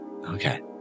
okay